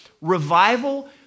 Revival